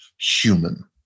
human